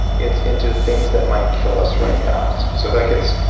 it's into things that might kill us right now. so that gets.